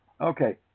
Okay